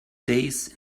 days